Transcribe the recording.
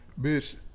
Bitch